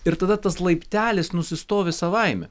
ir tada tas laiptelis nusistovi savaime